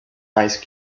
ice